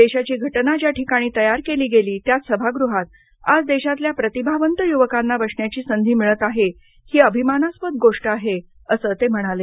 देशाची घटना ज्या ठिकाणी तयार केली गेली त्याच सभागृहात आज देशातल्या प्रतिभावंत युवकांना बसण्याची संधी मिळत आहे ही अभिमानास्पद गोष्ट आहे असं ते म्हणाले